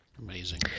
Amazing